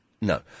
No